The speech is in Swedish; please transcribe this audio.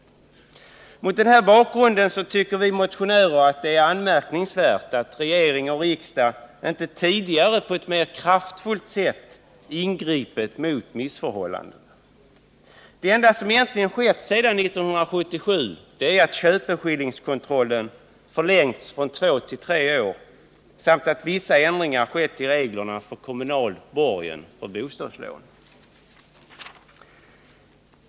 Mot den här bakgrunden tycker vi motionärer att det är anmärkningsvärt att regering och riksdag inte tidigare på ett mer kraftfullt sätt ingripit mot missförhållandena. Det enda som egentligen skett sedan 1977 är att köpeskillingskontrollen förlängts från två till tre år samt att vissa ändringar skett i reglerna för kommunal borgen för bostadslån.